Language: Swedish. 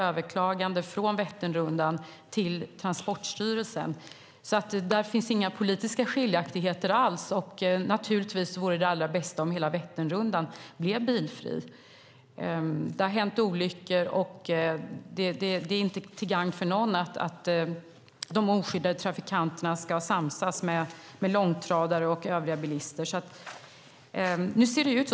Överklagande från Vätternrundan sker till Transportstyrelsen. Där finns inga politiska skiljaktigheter alls. Naturligtvis vore det allra bästa om hela Vätternrundan blev bilfri. Det har hänt olyckor, och det är inte till gagn för någon att de oskyddade trafikanterna ska samsas med långtradare och övriga bilister.